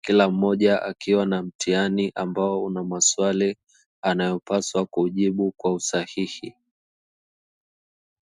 kila mmoja akiwa na mtihani ambao una maswali anayopaswa kujibu kwa usahihi.